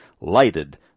lighted